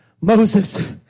Moses